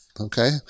Okay